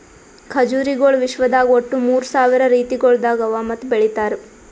ಖಜುರಿಗೊಳ್ ವಿಶ್ವದಾಗ್ ಒಟ್ಟು ಮೂರ್ ಸಾವಿರ ರೀತಿಗೊಳ್ದಾಗ್ ಅವಾ ಮತ್ತ ಬೆಳಿತಾರ್